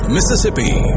Mississippi